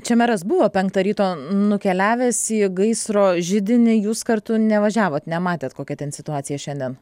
čia meras buvo penktą ryto nukeliavęs į gaisro židinį jūs kartu nevažiavot nematėt kokia ten situacija šiandien